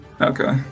Okay